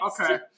Okay